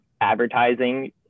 advertising